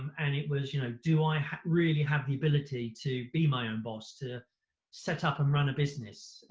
and it was, you know, do i really have the ability to be my own boss, to set up and run a business?